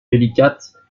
délicate